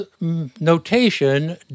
notation